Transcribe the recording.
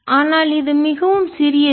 ஆனால் இது மிகவும் சிறியது